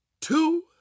two